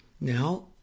Now